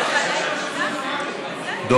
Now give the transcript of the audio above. בבקשה.